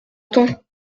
temps